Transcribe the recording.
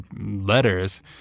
letters